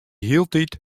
hieltyd